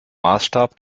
maßstab